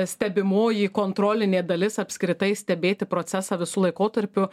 stebimoji kontrolinė dalis apskritai stebėti procesą visų laikotarpiu